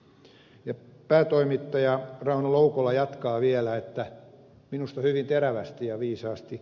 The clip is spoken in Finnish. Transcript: ja toiminnanjohtaja rauno loukkola jatkaa vielä minusta hyvin terävästi ja viisaasti